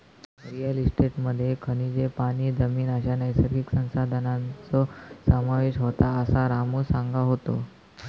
real इस्टेटमध्ये खनिजे, पाणी, जमीन अश्या नैसर्गिक संसाधनांचो समावेश होता, असा रामू सांगा होतो